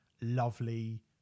lovely